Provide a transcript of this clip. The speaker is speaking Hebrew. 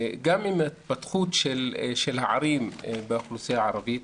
גם עם התפתחות הערים באוכלוסייה הערבית,